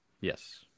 Yes